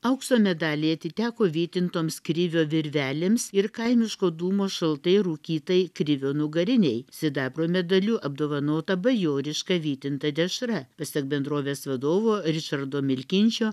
aukso medaliai atiteko vytintoms krivio virvelėms ir kaimiško dūmo šaltai rūkytai krivio nugarinei sidabro medaliu apdovanota bajoriška vytinta dešra pasak bendrovės vadovo ričardo milkinčio